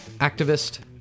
activist